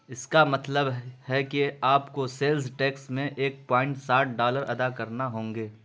اس کا مطلب ہے کہ آپ کو سیلز ٹیکس میں ایک پوائنٹ ساٹھ ڈالر ادا کرنا ہوں گے